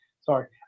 Sorry